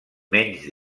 menys